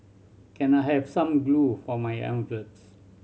can I have some glue for my envelopes